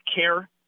care